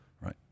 Right